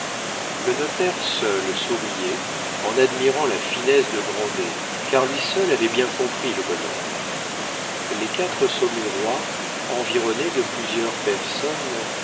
le notaire seul souriait en admirant la finesse de grandet car lui seul avait bien compris le bonhomme les quatre saumurois environnés de plusieurs personnes